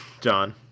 John